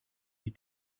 die